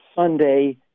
Sunday